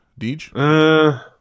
Deej